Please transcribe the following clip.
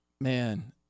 Man